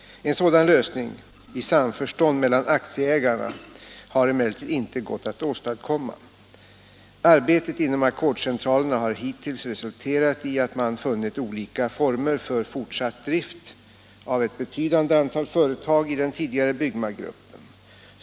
En sådan lösning — i samförstånd mellan aktieägarna — har emellertid inte gått att åstadkomma. Arbetet inom ackordscentralerna har hittills resulterat i att man funnit olika former för fortsatt drift av ett betydande antal företag i den tidigare Byggmagruppen.